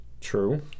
True